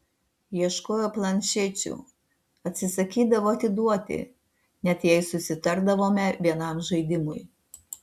ieškojo planšečių atsisakydavo atiduoti net jei susitardavome vienam žaidimui